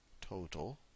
total